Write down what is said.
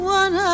one